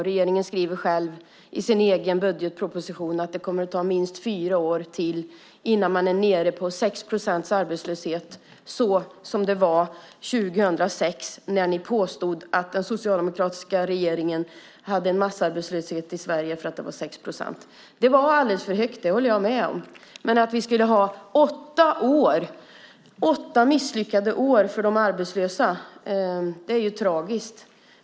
Regeringen skriver i sin budgetproposition att det kommer att ta minst fyra år till innan man är nere på 6 procents arbetslöshet, såsom det var 2006 när vi hade en socialdemokratisk regering och ni påstod att vi hade en massarbetslöshet i Sverige. Den var alldeles för hög, det håller jag med om, men att det skulle bli åtta misslyckade år för de arbetslösa är tragiskt.